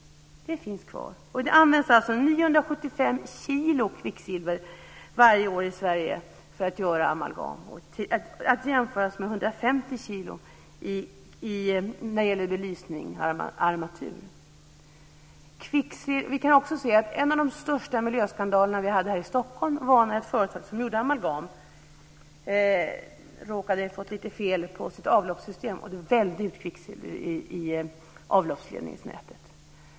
Det finns kvar! Det används 975 kilo kvicksilver varje år i Sverige för att göra amalgam. Det ska jämföras med 150 kilo när det gäller belysningsarmatur. Vi kan också se att en av de största miljöskandalerna vi har haft här i Stockholm inträffade när ett företag som gjorde amalgam råkade få ett litet fel på sitt avloppssystem. Det vällde ut kvicksilver i avloppsreningsnätet!